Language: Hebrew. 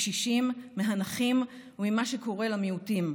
מרומניה ומטורקיה,